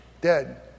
dead